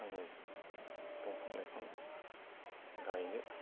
आङो दंफां लाइफां गायनो